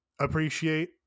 appreciate